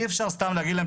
אי אפשר סתם להגיד להם,